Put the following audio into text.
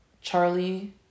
Charlie